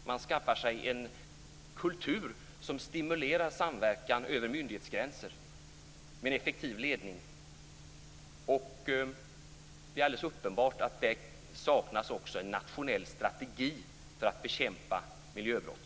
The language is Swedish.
att man skaffar sig en kultur som stimulerar samverkan över myndighetsgränser och med en effektiv ledning. Det är alldeles uppenbart att det också saknas en nationell strategi för bekämpandet av miljöbrotten.